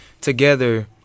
together